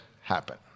happen